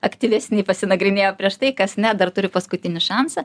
aktyvesni pasinagrinėję prieš tai kas ne dar turi paskutinį šansą